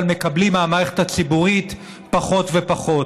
אבל מקבלים מהמערכת הציבורית פחות ופחות.